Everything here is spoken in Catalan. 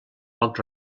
poc